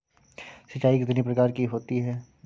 सिंचाई कितनी प्रकार की होती हैं?